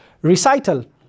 recital